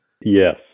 Yes